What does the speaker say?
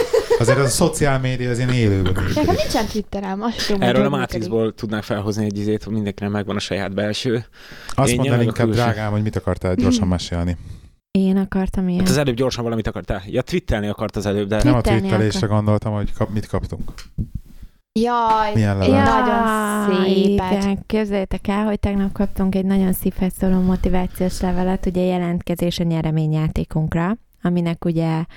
Azért az a szociál média, az ilyen élőben is. Nekem nincsen Twitterem, azt se tudom, hogy Erről hogy a működik. Matrixból tudnák felhozni egy izét, hogy mindenkinek megvan a saját belső Azt énje, mondd el nagyon inkább, külső- drágám, hogy mit akartál gyorsan Hmm. mesélni. Én akartam ilyen. Hát az előbb gyorsan valamit akartál. Ja, twittelni akart az előbb, de- Twittelni Nem a twittelésre akar- gondoltam, hogy kap- mit kaptunk. Jaj, Milyen egy levelet? nagyon Jaj, szépet. igen, képzeljétek el, hogy tegnap kaptunk egy nagyon szívhez szóló motivációs levelet, ugye, jelentkezés a nyereményjátékunkra, aminek ugye-